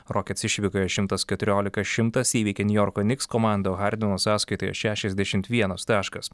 rockets išvykoje šimtas keturiolika šimtas įveikė niujorko niks komandų o hardino sąskaitoje šešiasdešimt vienas taškas